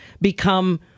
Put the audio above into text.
become